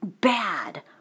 bad